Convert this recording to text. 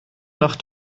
nach